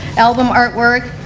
album artwork,